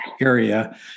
area